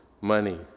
money